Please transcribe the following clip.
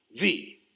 thee